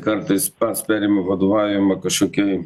kartais pats perima vadovavimą kažkokį